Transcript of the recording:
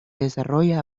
desarrolla